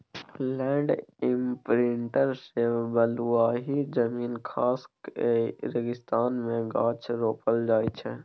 land imprinter सँ बलुआही जमीन खास कए रेगिस्तान मे गाछ रोपल जाइ छै